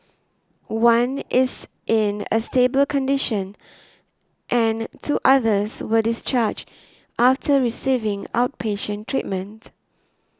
one is in a stable condition and two others were discharged after receiving outpatient treatment